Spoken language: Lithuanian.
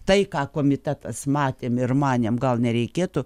tai ką komitetas matėm ir manėm gal nereikėtų